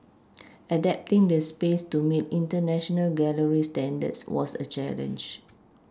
adapting the space to meet international gallery standards was a challenge